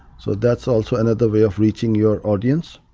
so that's also another way of reaching your audience.